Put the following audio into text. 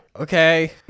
Okay